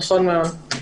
נכון מאוד.